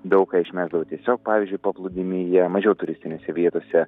daug ką išmesdavo tiesiog pavyzdžiui paplūdimyje mažiau turistinėse vietose